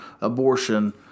abortion